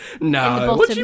No